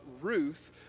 Ruth